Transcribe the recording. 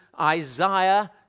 Isaiah